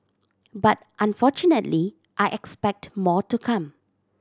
but unfortunately I expect more to come